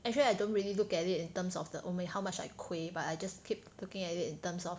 actually I don't really look at it in terms of the how many how much I 亏 but I just keep looking at it in terms of